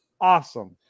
awesome